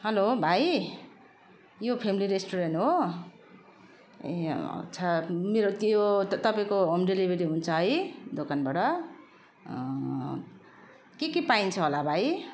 hello भाइ यो family restaurant हो ए अच्छा मेरो त्यो तपाईँको होम डेलिभरी हुन्छ है दोकानबाट के के पाइन्छ होला भाइ